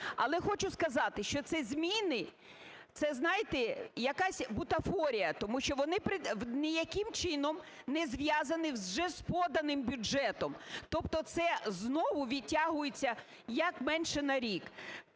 Але хочу сказати, що ці зміни – це, знаєте, якась бутафорія, тому що вони ніяким чином не зв'язані вже з поданим бюджетом, тобто це знову відтягується як менше на рік